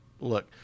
Look